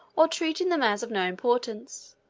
or treating them as of no importance,